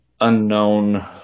Unknown